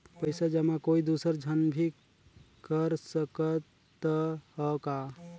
पइसा जमा कोई दुसर झन भी कर सकत त ह का?